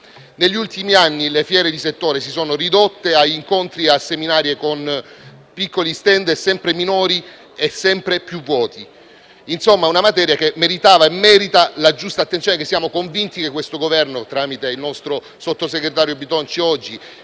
Negli ultimi anni le fiere di settore si sono ridotte a incontri e seminari con piccoli *stand* sempre minori e sempre più vuoti. È una materia che meritava e merita la giusta attenzione e di cui siamo convinti il Governo, tramite il sottosegretario Bitonci e il